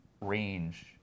range